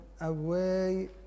away